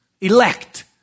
elect